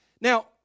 Now